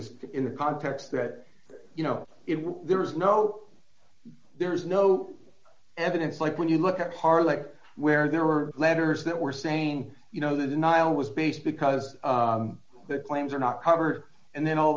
it is in a context that you know if there is no there is no evidence like when you look at par like where there were letters that were saying you know the denial was based because the claims are not covered and then all